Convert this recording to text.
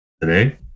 Today